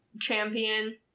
champion